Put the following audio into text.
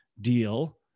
deal